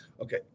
okay